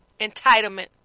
entitlement